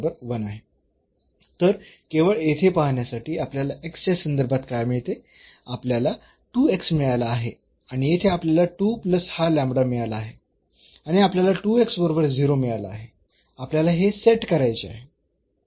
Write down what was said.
तर केवळ येथे पाहण्यासाठी आपल्याला च्या संदर्भात काय मिळते आपल्याला मिळाला आहे आणि येथे आपल्याला प्लस हा मिळाला आहे आणि आपल्याला बरोबर मिळाला आहे आपल्याला हे सेट करायचे आहे